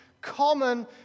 common